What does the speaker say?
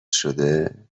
شده